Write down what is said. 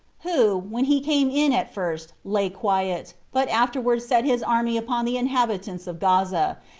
who, when he came in at first, lay quiet, but afterward set his army upon the inhabitants of gaza,